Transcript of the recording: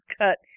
cut